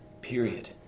Period